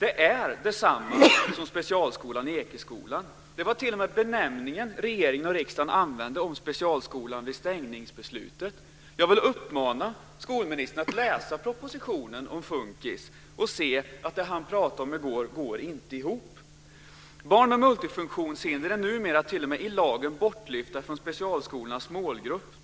är densamma som specialskolan Ekeskolan. Det var t.o.m. benämningen regeringen och riksdagen använde om specialskolan vid stängningsbeslutet. Jag vill uppmana skolministern att läsa propositionen om FUNKIS och se att det han pratade om i går inte går ihop. bortlyfta i lagen från specialskolornas målgrupp.